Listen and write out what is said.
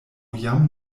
jam